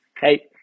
Hey